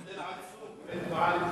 יש הבדל עצום בין תנועה למפלגה.